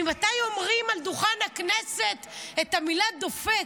ממתי אומרים על דוכן הכנסת את המילה "דופק"?